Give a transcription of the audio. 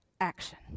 action